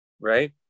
right